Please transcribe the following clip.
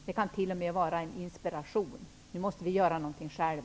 Det kan t.o.m. vara en inspiration till att göra någonting själv.